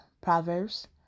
Proverbs